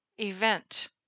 event